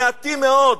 מעטים מאוד,